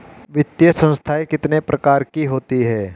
वित्तीय संस्थाएं कितने प्रकार की होती हैं?